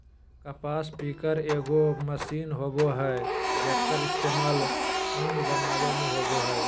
कपास पिकर एगो मशीन होबय हइ, जेक्कर इस्तेमाल उन बनावे में होबा हइ